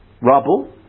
rubble